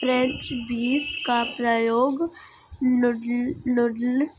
French beans का प्रयोग noodles